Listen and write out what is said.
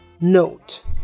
Note